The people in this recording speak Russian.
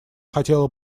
хотела